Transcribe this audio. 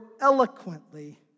eloquently